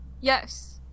Yes